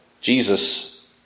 Jesus